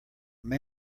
man